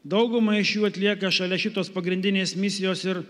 dauguma iš jų atlieka šalia šitos pagrindinės misijos ir